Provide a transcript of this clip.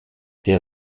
die